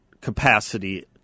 capacity